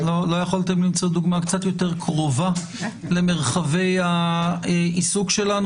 --- לא יכולתם למצוא דוגמה קצת יותר קרובה למרחבי העיסוק שלנו?